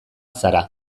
zara